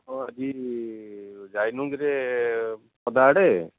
କ'ଣ ଆଜି ଯାଇନୁ କିରେ ପଦାଆଡ଼େ